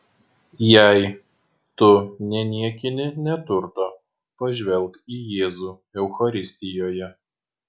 jei tu neniekini neturto pažvelk į jėzų eucharistijoje